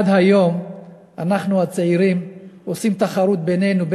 עד היום אנחנו הצעירים עושים תחרות בינינו,